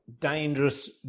dangerous